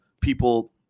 people